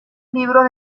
libros